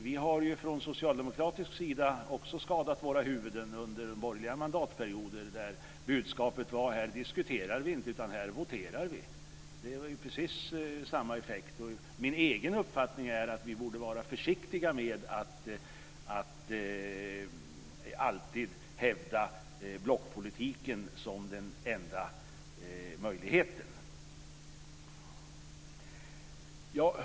Vi har ju från socialdemokratisk sida också skadat våra huvuden under borgerliga mandatperioder då budskapet var: Här diskuterar vi inte, utan här voterar vi! Det var ju precis samma effekt. Min egen uppfattning är att vi borde vara försiktiga med att alltid hävda blockpolitiken som den enda möjligheten.